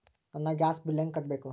ನನ್ನ gas bill ಹೆಂಗ ಕಟ್ಟಬೇಕು?